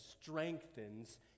strengthens